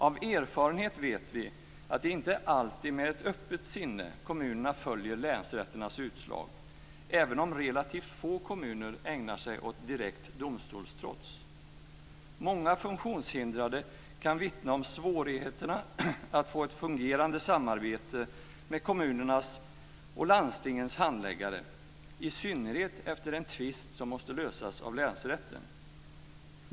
Av erfarenhet vet vi att det inte alltid är med öppet sinne kommunerna följer länsrätternas utslag, även om relativt få kommuner ägnar sig åt direkt domstolstrots. Många funktionshindrade kan vittna om svårigheterna att få ett fungerande samarbete med kommunernas och landstingens handläggare, i synnerhet efter en tvist som måste lösas av länsrätten.